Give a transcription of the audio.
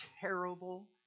terrible